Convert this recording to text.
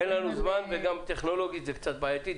אין לנו זמן וגם טכנולוגית זה קצת בעייתי.